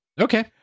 Okay